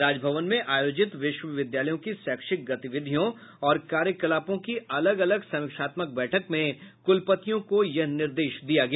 राजभवन में आयोजित विश्वविद्यालयों की शैक्षिक गतिविधियों और कार्यकलापों की अलग अलग समीक्षात्मक बैठक में कुलपतियों को यह निर्देश दिया गया